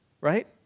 Right